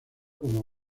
como